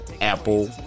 Apple